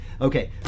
Okay